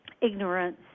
ignorance